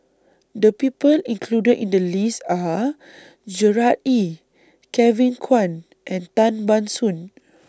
The People included in The list Are Gerard Ee Kevin Kwan and Tan Ban Soon